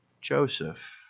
Joseph